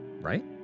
right